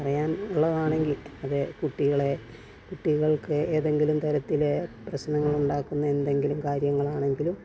പറയാൻ ഉള്ളതാണെങ്കിൽ അത് കുട്ടികളെ കുട്ടികൾക്ക് ഏതെങ്കിലും തരത്തിൽ പ്രശ്നങ്ങളുണ്ടാക്കുന്ന എന്തെങ്കിലും കാര്യങ്ങൾ ആണെങ്കിലും